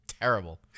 terrible